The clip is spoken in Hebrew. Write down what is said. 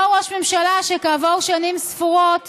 אותו ראש ממשלה שכעבור שנים ספורות